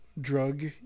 drug